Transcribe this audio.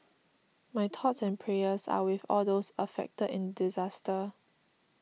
my thoughts and prayers are with all those affected in disaster